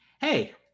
hey